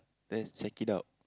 let's check it out